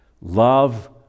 love